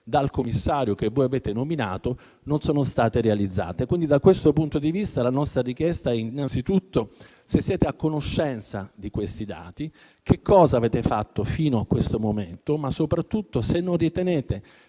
dal Commissario che voi avete nominato, non sono state realizzate. Da questo punto di vista, la nostra richiesta è, innanzitutto, se siete a conoscenza di questi dati. Poi, di sapere che cosa avete fatto fino a questo momento, ma soprattutto se non ritenete